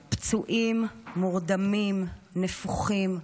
והם היו פצועים, מורדמים, נפוחים,